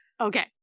Okay